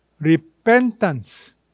Repentance